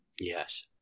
Yes